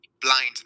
blind